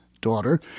daughter